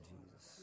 Jesus